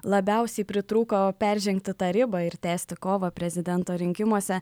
labiausiai pritrūko peržengti tą ribą ir tęsti kovą prezidento rinkimuose